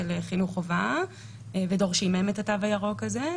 חינוך חובה ודורשים מהם את התו הירוק הזה,